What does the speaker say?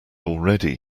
already